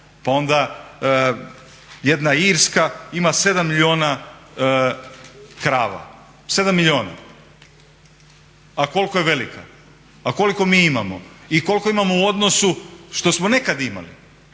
Pa onda jedna Irska ima 7 milijuna krava, 7 milijuna a koliko je velika. A koliko mi imamo? I koliko imamo u odnosu što smo nekada imali?